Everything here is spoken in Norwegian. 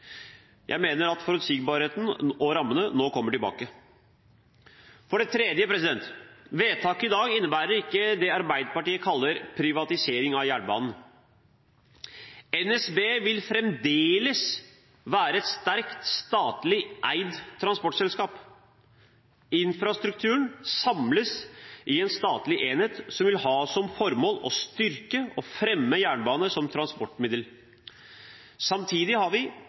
Jeg mener at forutsigbarheten og rammene nå kommer tilbake. For det tredje: Vedtaket i dag innebærer ikke det Arbeiderpartiet kaller privatisering av jernbanen. NSB vil fremdeles være et sterkt statlig eid transportselskap. Infrastrukturen samles i en statlig enhet som vil ha som formål å styrke og fremme jernbane som transportmiddel. Samtidig har vi